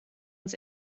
uns